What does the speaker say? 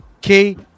Key